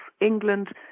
England